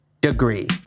DEGREE